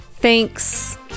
Thanks